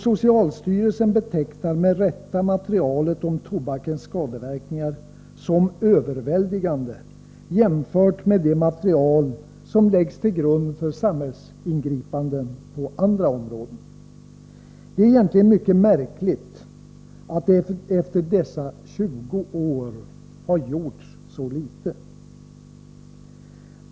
Socialstyrelsen betecknar med rätta materialet om tobakens skadeverkningar som överväldigande jämfört med material som läggs till grund för samhällsingripanden på andra områden. Det är egentligen mycket märkligt att det efter dessa 20 år har gjorts så litet.